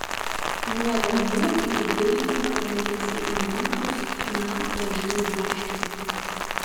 nuo delnų iki dilbių rangėsi įmantrūs chna dažų raštai